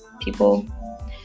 people